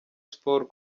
sports